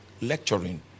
lecturing